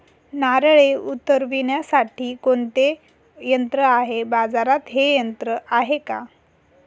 नारळे उतरविण्यासाठी कोणते यंत्र आहे? बाजारात हे यंत्र आहे का?